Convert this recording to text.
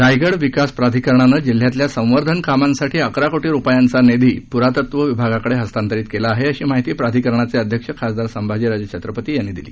रायगड विकास प्राधिकरणानं जिल्ह्यातल्या संवर्धन कामांसाठी अकरा कोटी रुपयांचा निधी पूरातत्त्व विभागाकडे हस्तांतरित केला आहे अशी माहिती प्राधिकरणाचे अध्यक्ष खासदार संभाजी राजे छत्रपती यांनी ही माहिती दिली